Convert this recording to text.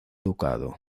ducado